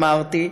אמרתי,